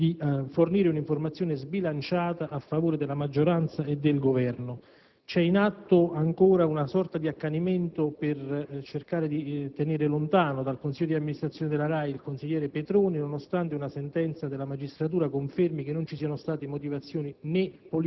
di fornire un'informazione sbilanciata a favore della maggioranza e del Governo. È in atto ancora una sorta di accanimento per cercare di tenere lontano dal consiglio di amministrazione della RAI il consigliere Petroni, nonostante una sentenza della magistratura confermi che non vi siano state motivazioni né